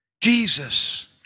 Jesus